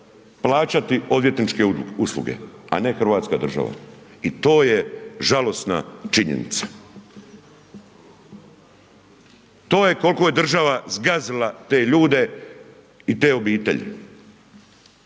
plaćati odvjetničke usluge, a ne Hrvatska država. I to je žalosna činjenica. To je koliko je država zgazila te ljude i te obitelji.